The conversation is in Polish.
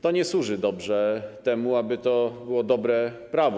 To nie służy dobrze temu, aby to było dobre prawo.